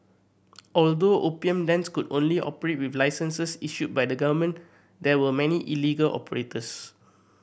although opium dens could only operate with licenses issued by the government there were many illegal operators